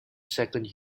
second